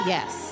Yes